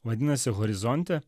vadinasi horizonte